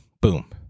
Boom